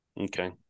Okay